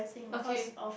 okay